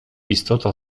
istota